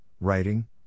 writing